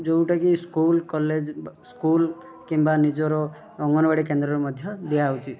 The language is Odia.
ଯେଉଁଟାକି ସ୍କୁଲ୍ କଲେଜ୍ ବା ସ୍କୁଲ୍ କିମ୍ବା ନିଜର ଅଙ୍ଗନବାଡ଼ି କେନ୍ଦ୍ରରେ ମଧ୍ୟ ଦିଆହେଉଛି